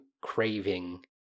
craving